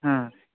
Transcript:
ಹಾಂ